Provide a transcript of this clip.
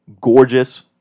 Gorgeous